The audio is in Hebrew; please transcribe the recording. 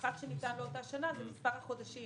הפחת שניתן לאותה שנה זה מספר החודשים